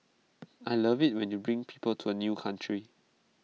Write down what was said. I love IT when you bring people to A new country